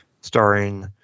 starring